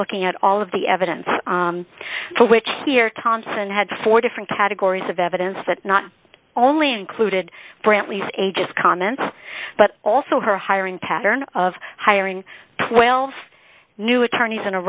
looking at all of the evidence for which here thompson had four different categories of evidence that not only included brantley's a just comments but also her hiring pattern of hiring twelve new attorneys in a